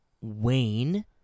Wayne